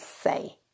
say